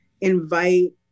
invite